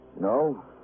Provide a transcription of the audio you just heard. No